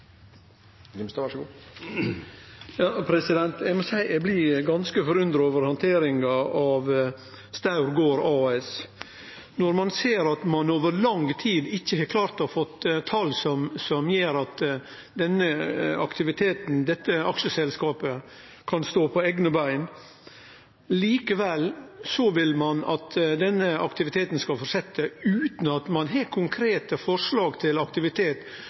Eg må seie eg blir ganske forundra over handteringa av Staur gård AS. Når ein ser at ein over lang tid ikkje har klart å få tal som gjer at denne aktiviteten, dette aksjeselskapet, kan stå på eigne bein, vil ein likevel at aktiviteten skal fortsetje, utan at ein har konkrete forslag til aktivitet